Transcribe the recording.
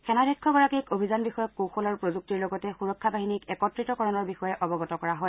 সেনাধ্যক্ষগৰাকীক অভিযানবিষয়ক কৌশল আৰু প্ৰযুক্তিৰ লগতে সুৰক্ষা বাহিনীৰ একত্ৰিকৰণৰ বিষয়ে অৱগত কৰা হয়